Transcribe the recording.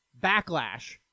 backlash